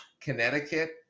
Connecticut